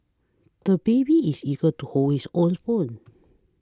the baby is eager to hold his own spoon